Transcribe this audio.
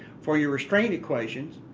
for your restraint equations,